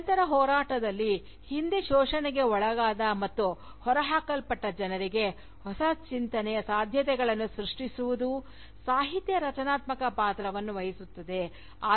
ನಿರಂತರ ಹೋರಾಟದಲ್ಲಿ ಹಿಂದೆ ಶೋಷಣೆಗೆ ಒಳಗಾದ ಮತ್ತು ಹೊರಹಾಕಲ್ಪಟ್ಟ ಜನರಿಗೆ ಹೊಸ ಚಿಂತನೆಯ ಸಾಧ್ಯತೆಗಳನ್ನು ಸೃಷ್ಟಿಸುವುದು ಸಾಹಿತ್ಯವು ರಚನಾತ್ಮಕ ಪಾತ್ರವನ್ನು ವಹಿಸುತ್ತದೆ"